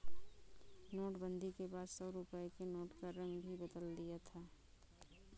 नोटबंदी के बाद सौ रुपए के नोट का रंग भी बदल दिया था